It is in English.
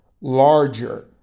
larger